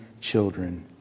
children